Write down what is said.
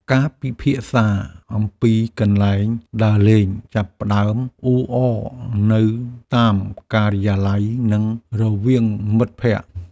ការពិភាក្សាអំពីកន្លែងដើរលេងចាប់ផ្ដើមអ៊ូអរនៅតាមការិយាល័យ និងរវាងមិត្តភក្ដិ។